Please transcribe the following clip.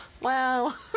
Wow